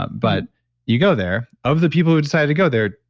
but you go there, of the people who decided to go there,